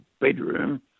bedroom